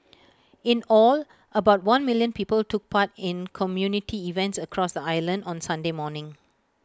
in all about one million people took part in community events across the island on Sunday morning